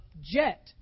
jet